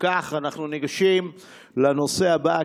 אנחנו ניגשים לנושא הבא,